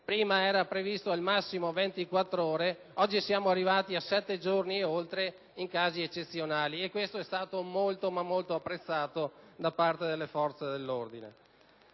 prima erano previste al massimo 24 ore, oggi siamo arrivati a 7 giorni e anche oltre in casi eccezionali, e questo è stato molto, ma molto apprezzato da parte delle forze dell'ordine.